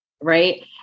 right